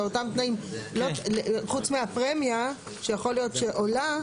חוץ מהפרמיה שיכול להיות שעולה,